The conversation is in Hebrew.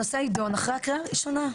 אז הנושא יידון אחרי הקריאה הראשונה,